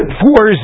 four